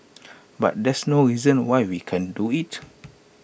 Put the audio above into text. but there's no reason why we can't do IT